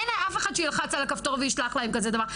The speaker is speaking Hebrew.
אין אף אחד שילחץ על הכפתור וישלח להם כזה דבר.